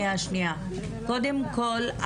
קודם כל,